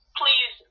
please